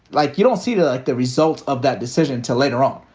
like you don't see the the results of that decision till later on,